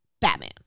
Batman